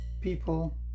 people